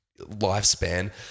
lifespan